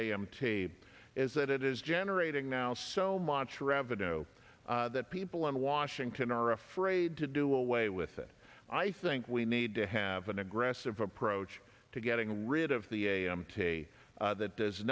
am tape is that it is generating now so much revenue that people in washington are afraid to do away with it i think we need to have an aggressive approach to getting rid of the a m t that does